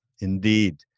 indeed